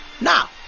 Now